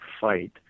fight